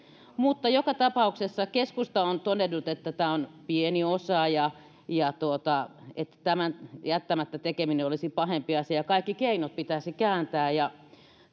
mutta joka tapauksessa keskusta on todennut että tämä on pieni osa ja ja että tämän jättämättä tekeminen olisi pahempi asia ja että kaikki keinot pitäisi kääntää